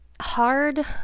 hard